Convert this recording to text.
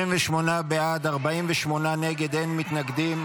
28 בעד, 48 נגד, אין נמנעים.